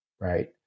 right